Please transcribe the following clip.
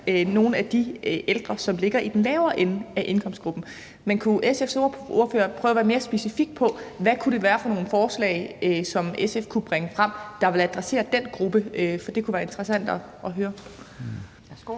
nogle af de ældre, som ligger i den lavere ende af indkomstgruppen. Men kunne SF's ordfører prøve at være mere specifik omkring, hvad det kunne være for nogle forslag, som SF kunne bringe frem, som ville adressere den gruppe? For det ville være interessant at høre.